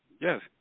Yes